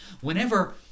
Whenever